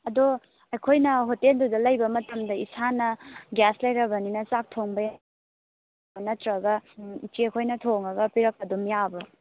ꯑꯗꯣ ꯑꯩꯈꯣꯏꯅ ꯍꯣꯇꯦꯜꯗꯨꯗ ꯂꯩꯕ ꯃꯇꯝꯗ ꯏꯁꯥꯅ ꯒ꯭ꯌꯥꯁ ꯂꯩꯔꯕꯅꯤꯅ ꯆꯥꯛ ꯊꯣꯡꯕ ꯅꯠꯇ꯭ꯔꯒ ꯏꯆꯦꯈꯣꯏꯅ ꯊꯣꯡꯉꯒ ꯄꯤꯔꯛꯄ ꯑꯗꯨꯝ ꯌꯥꯕ꯭ꯔꯣ